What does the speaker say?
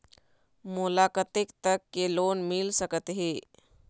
मोला कतेक तक के लोन मिल सकत हे?